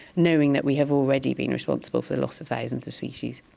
knowing that we have already been responsible for the loss of thousands of species.